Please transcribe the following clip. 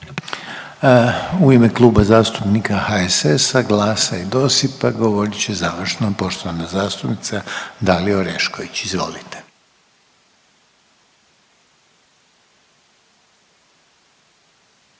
U ime Kluba zastupnika HSS-a, GLAS-a i DOSIP-a govorit će završno poštovana zastupnica Dalija Orešković. Izvolite.